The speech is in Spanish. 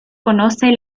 conoce